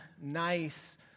nice